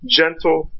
gentle